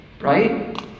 right